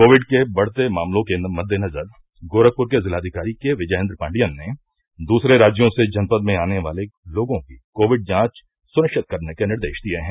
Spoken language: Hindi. कोविड के बढ़ते मामलों के मद्देनजर गोरखपुर के जिलाधिकारी के विजयेन्द्र पाण्डियन ने दूसरे राज्यों से जनपद में आने वाले लोगों की कोविड जांच सुनिश्चित करने के निर्देश दिए हैं